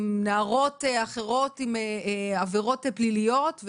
עם נערות אחרות, עם עבירות פליליות.